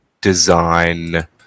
design